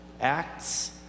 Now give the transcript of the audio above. Acts